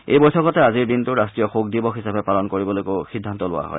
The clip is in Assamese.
এই বৈঠকতে আজিৰ দিনটো ৰাষ্ট্ৰীয় শোক দিৱস হিচাপে ঘোষণা কৰিবলৈকো সিদ্ধান্ত লোৱা হয়